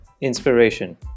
inspiration